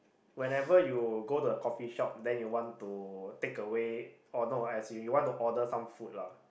whenever you go to a coffee shop then you want to take away or not as in you want to order some food lah